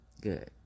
Good